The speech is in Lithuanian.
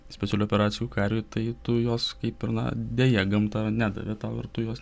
specialių operacijų kariui tai tu jos kaip ir na deja gamta nedavė tau ir tu jos